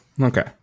Okay